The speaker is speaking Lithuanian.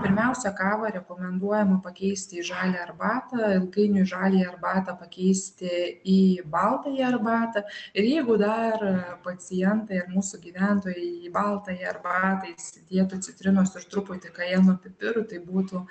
pirmiausia kavą rekomenduojama pakeisti į žalią arbatą ilgainiui žaliąją arbatą pakeisti į baltąją arbatą ir jeigu dar pacientai ir mūsų gyventojai į baltąją arbatą įsidėtų citrinos ir truputį kajeno pipirų tai būtų